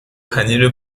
پنیر